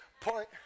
point